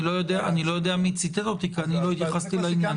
לא יודע מי ציטט אותי כי אני לא התייחסתי לעניין.